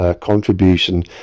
contribution